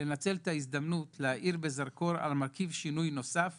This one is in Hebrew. לנצל את ההזדמנות ולהאיר בזרקור על מרכיב שינוי נוסף